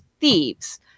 thieves